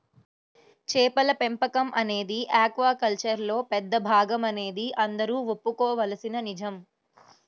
చేపల పెంపకం అనేది ఆక్వాకల్చర్లో పెద్ద భాగమనేది అందరూ ఒప్పుకోవలసిన నిజం